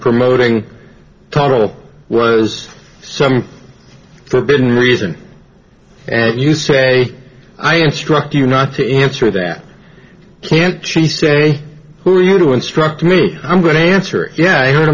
promoting total was some forbidden reason and you say i instruct you not to answer that and she said who are you to instruct me i'm going to answer yeah i heard